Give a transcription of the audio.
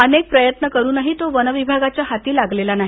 अनेक प्रयत्न करूनही तो वन विभागाच्या हाती लागलेला नाही